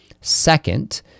Second